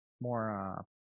more